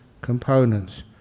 components